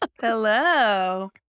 Hello